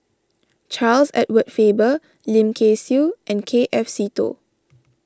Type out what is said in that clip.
Charles Edward Faber Lim Kay Siu and K F Seetoh